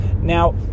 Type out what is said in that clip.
Now